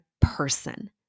person